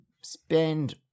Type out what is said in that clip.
spend